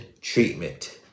treatment